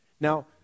Now